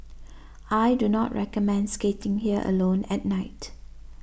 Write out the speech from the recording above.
I do not recommend skating here alone at night